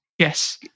Yes